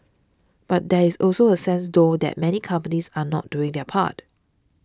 but there is also a sense though that many companies are not doing their part